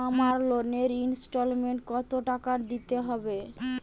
আমার লোনের ইনস্টলমেন্টৈ কত টাকা দিতে হবে?